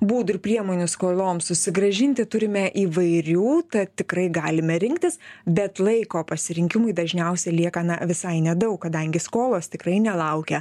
būdų ir priemonių skoloms susigrąžinti turime įvairių tad tikrai galime rinktis bet laiko pasirinkimui dažniausiai lieka na visai nedaug kadangi skolos tikrai nelaukia